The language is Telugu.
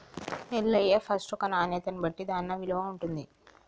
ఎల్లయ్య ఫస్ట్ ఒక నాణ్యతను బట్టి దాన్న విలువ ఉంటుంది